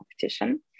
Competition